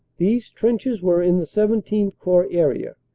these trenches were in the xvii corps area,